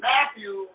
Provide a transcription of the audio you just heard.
Matthew